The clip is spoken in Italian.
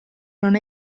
non